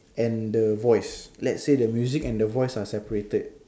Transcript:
and the voice let say the music and the voice are separated